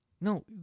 No